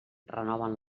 renoven